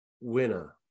winner